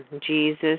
Jesus